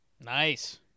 Nice